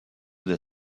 the